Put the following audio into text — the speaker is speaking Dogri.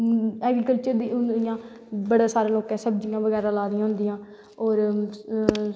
ऐग्रीतल्चर इयां बड़ैं सारैं लोकैं सब्झियां बगैरा लाई दियां होंदियां और